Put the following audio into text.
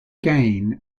gain